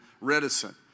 reticent